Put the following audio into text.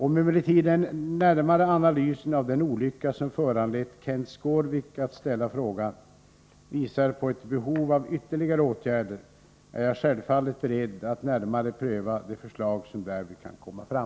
Om emellertid den närmare analysen av den olycka som föranlett Kenth Skårvik att ställa frågan visar på ett behov av ytterligare åtgärder, är jag självfallet beredd att närmare pröva de förslag som därvid kan komma fram.